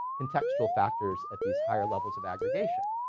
contextual factors at these higher levels of aggregation.